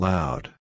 Loud